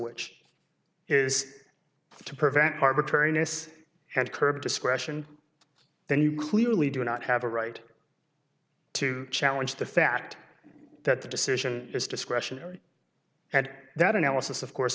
which is to prevent harbor turnus and curb discretion then you clearly do not have a right to challenge the fact that the decision is discretionary and that analysis of course